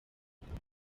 urupfu